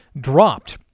dropped